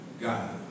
God